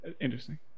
interesting